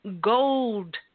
gold